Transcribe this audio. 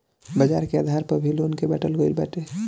बाजार के आधार पअ भी लोन के बाटल गईल बाटे